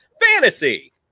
Fantasy